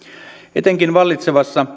etenkin vallitsevassa